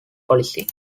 policy